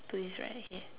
to his right okay